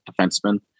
defenseman